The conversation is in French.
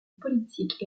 politique